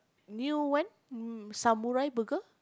new one mm samurai burger